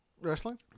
Wrestling